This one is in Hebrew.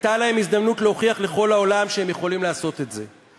הייתה להם הזדמנות להוכיח לכל העולם שהם יכולים לעשות את זה.